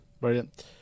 Brilliant